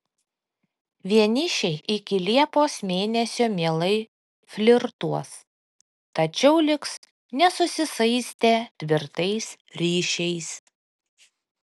vienišiai iki liepos mėnesio mielai flirtuos tačiau liks nesusisaistę tvirtais ryšiais